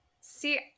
See